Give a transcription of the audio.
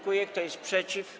Kto jest przeciw?